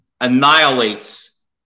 annihilates